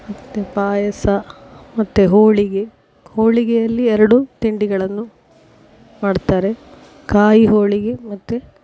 ಮತ್ತು ಪಾಯಸ ಮತ್ತು ಹೋಳಿಗೆ ಹೋಳಿಗೆಯಲ್ಲಿ ಎರಡು ತಿಂಡಿಗಳನ್ನು ಮಾಡ್ತಾರೆ ಕಾಯಿ ಹೋಳಿಗೆ ಮತ್ತು